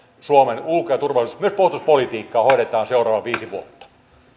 suomen ulko ja turvallisuus myös puolustuspolitiikkaa hoidetaan seuraavat viisi vuotta